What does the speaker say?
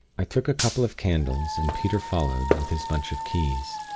i took a couple of candles, and peter followed with his bunch of keys.